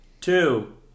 two